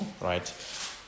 right